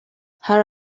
hari